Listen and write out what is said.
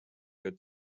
your